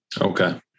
okay